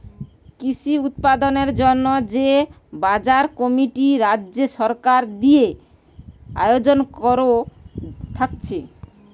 কৃষি উৎপাদনের জন্যে যে বাজার কমিটি রাজ্য সরকার দিয়ে আয়জন কোরা থাকছে